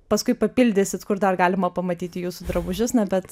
paskui papildysit kur dar galima pamatyti jūsų drabužius na bet